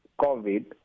COVID